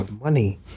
money